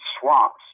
swamps